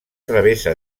travessa